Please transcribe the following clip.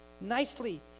nicely